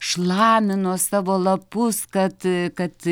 šlamino savo lapus kad kad